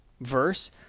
verse